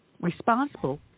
responsible